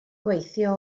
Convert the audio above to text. gweithio